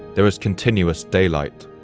there is continuous daylight,